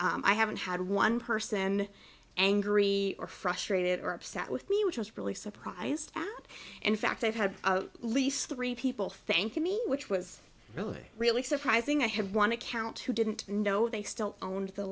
i haven't had one person angry or frustrated or upset with me which was really surprised that in fact i've had least three people thanking me which was really really surprising i have one account who didn't know they still owned the